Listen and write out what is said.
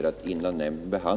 2 mars 1972